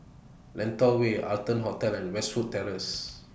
Lentor Way Arton Hotel and Westwood Terrace